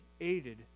aided